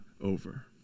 over